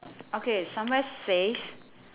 okay somewhere safe